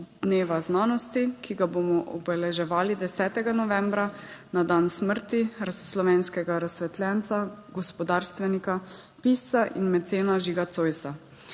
dneva znanosti, ki ga bomo obeleževali 10. novembra, na dan smrti slovenskega razsvetljenca, gospodarstvenika, pisca in mecena Žiga Zoisa.